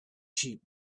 cheap